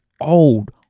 old